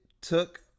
took